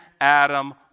Adam